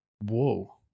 whoa